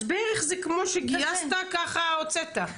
אז זה בערך כמו שגייסת כך הוצאת.